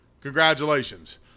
Congratulations